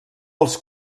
els